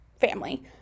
family